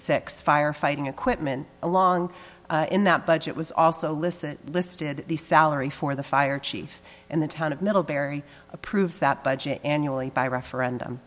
six firefighting equipment along in that budget was also listen listed the salary for the fire chief in the town of middlebury approves that budget annually by referendum